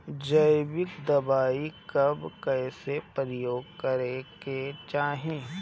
जैविक दवाई कब कैसे प्रयोग करे के चाही?